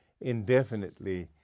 indefinitely